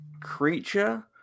Creature